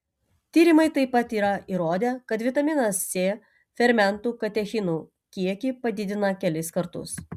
tyrimai taip pat yra įrodę kad vitaminas c fermentų katechinų kiekį padidina kelis kartus